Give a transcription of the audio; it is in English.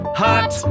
hot